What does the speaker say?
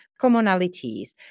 commonalities